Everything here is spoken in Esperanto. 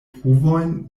pruvojn